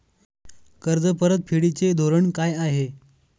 कर्ज परतफेडीचे धोरण काय आहे?